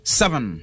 seven